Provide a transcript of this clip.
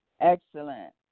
excellent